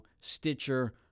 Stitcher